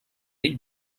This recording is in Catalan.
ell